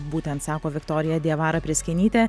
būtent sako viktorija diavara priskenytė